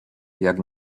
jak